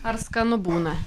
ar skanu būna